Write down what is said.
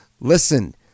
Listen